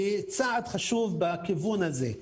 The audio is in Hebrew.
היא צעד חשוב בכיוון הזה.